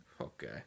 Okay